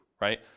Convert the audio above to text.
right